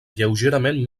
lleugerament